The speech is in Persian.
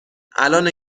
الانه